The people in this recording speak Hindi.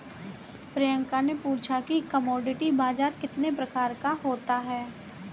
प्रियंका ने पूछा कि कमोडिटी बाजार कितने प्रकार का होता है?